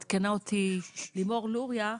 עדכנה אותי לימור לוריא,